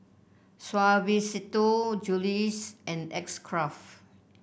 Suavecito Julie's and X Craft